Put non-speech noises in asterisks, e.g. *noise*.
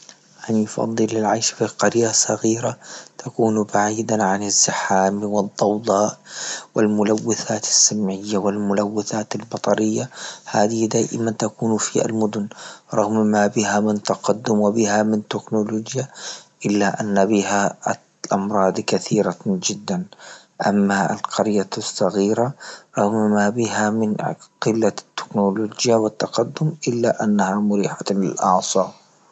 أن نفضل العيش في قرية صغيرة تكون بعيدا عن الزحام والضوضاء والملوثات السمعية والملوثات البطرية هذه دائما تكون في المدند رغم ما بها من تقدم وبها من تكنولوجيا إلا أن بها أمراض كثيرة جدا، أما القرية الصغيرة *unintelligible* بها من قلة التكنولوجيا والتقدم الا انها مريحة للأعصاب.